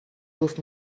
گفت